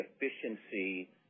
efficiency